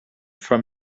from